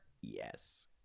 Yes